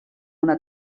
una